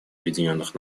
объединенных